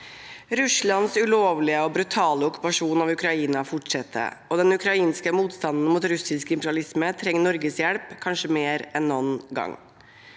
Russlands ulovlige og brutale okkupasjon av Ukraina fortsetter, og den ukrainske motstanden mot russisk imperialisme trenger Norges hjelp kanskje mer enn noen gang.